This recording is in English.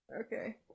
okay